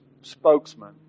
spokesman